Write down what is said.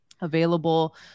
available